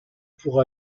pour